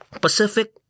Pacific